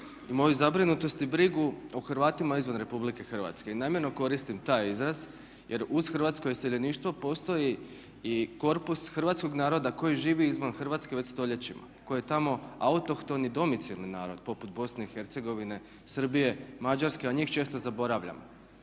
i moju zabrinutost i brigu o Hrvatima izvan RH. Namjerno koristim taj izraz jer uz hrvatsko iseljeništvo postoji i korpus hrvatskog naroda koji živi izvan Hrvatske već stoljećima koji je tamo autohton i domicilni narod poput BiH, Srbije, Mađarske a njih često zaboravljamo.